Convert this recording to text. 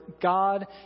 God